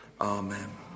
Amen